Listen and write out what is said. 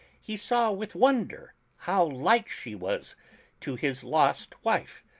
he saw with wonder how like she was to his lost wife,